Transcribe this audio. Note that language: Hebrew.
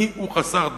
מיהו חסר דת,